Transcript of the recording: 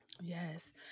Yes